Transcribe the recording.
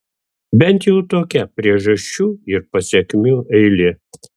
bent jau tokia priežasčių ir pasekmių eilė